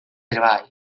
treball